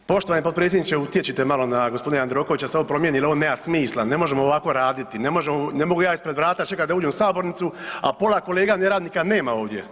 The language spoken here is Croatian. Poštovani potpredsjedniče utječite malo na gospodina Jandrokovića da se ovo promjeni jel ovo nema smisla, ne možemo ovako raditi, ne mogu ja ispred vrata čekati da uđem u sabornicu, a pola kolega neradnika nema ovdje.